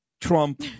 Trump